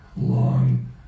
long